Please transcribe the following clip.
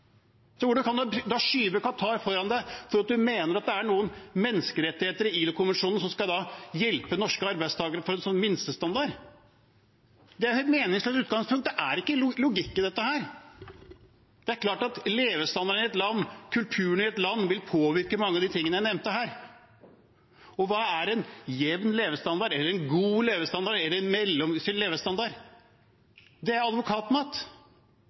Hvordan kan du da skyve Qatar foran deg fordi du mener det er noen menneskerettigheter i ILO-konvensjonen som skal hjelpe norske arbeidstakere som minstestandard? Det er et helt meningsløst utgangspunkt. Det er ikke logikk i dette. Det er klart at levestandarden og kulturen i et land vil påvirke mange av de tingene jeg nevnte her. Hva er en jevn levestandard eller en god levestandard eller en mellomgod levestandard? Det er advokatmat.